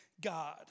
God